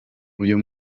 uyu